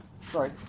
Sorry